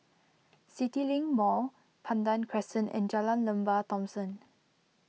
CityLink Mall Pandan Crescent and Jalan Lembah Thomson